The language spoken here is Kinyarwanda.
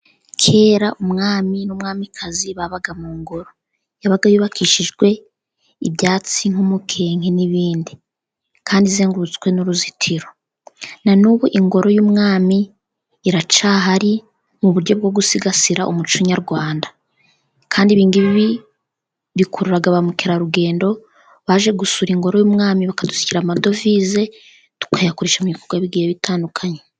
Kera umwami n'umwamikazi babaga mu ngoro, yabaga yubakishijwe ibyatsi n'umukenke n'ibindi kandi izengurutswe n'uruzitiro, na n'ubu ingoro y'umwami iracyahari mu buryo bwo gusigasira umuco nyarwanda, kandi ibingibi bikurura ba mukerarugendo baje gusura ingoro y'umwami bakadusugira amadovize tukayakoresha mubikorwa bigihe bitandukanye.